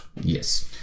Yes